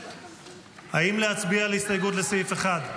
האם להצביע על ההסתייגות לסעיף 1?